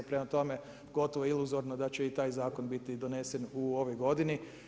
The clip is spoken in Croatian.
Prema tome, gotovo je iluzorno da će i taj zakon biti donesen u ovoj godini.